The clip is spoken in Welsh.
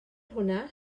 hwnna